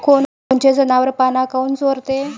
कोनकोनचे जनावरं पाना काऊन चोरते?